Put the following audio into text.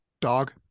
dog